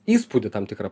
įspūdį tam tikrą